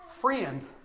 friend